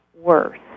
worse